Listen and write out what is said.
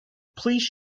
please